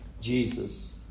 Jesus